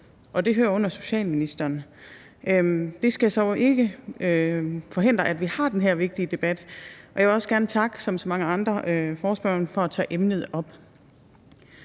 og det hører under socialministeren. Det skal så ikke forhindre, at vi har den her vigtige debat, og jeg vil også som så mange andre gerne takke